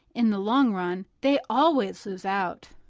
in the long run, they always lose out.